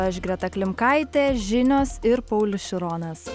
aš greta klimkaitė žinios ir paulius šironas